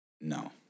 No